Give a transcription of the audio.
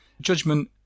judgment